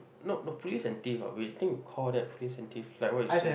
no no police and thief ah we think call that police and thief like what you say